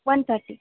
one thirty